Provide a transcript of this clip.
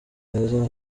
heza